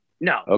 No